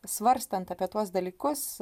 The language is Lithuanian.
svarstant apie tuos dalykus